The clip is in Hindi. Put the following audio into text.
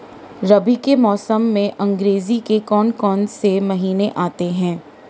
रबी के मौसम में अंग्रेज़ी के कौन कौनसे महीने आते हैं?